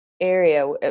area